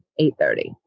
8.30